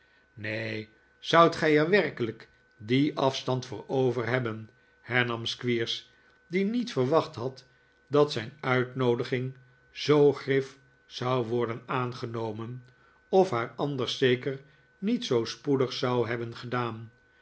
zoudt gij er werkelijk dien afstand voor over hebben hernam squeers die niet verwacht had dat zijn uitnoodiging zoo grif zou worden aangenomen of haar anders zeker niet zoo spoedig zou hebben gedaan